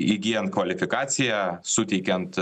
įgyjant kvalifikaciją suteikiant